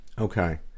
Okay